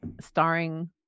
starring